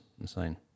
insane